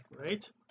right